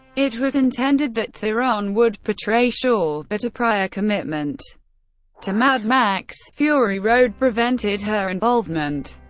it was intended that theron would portray shaw, but a prior commitment to mad max fury road prevented her involvement.